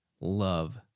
love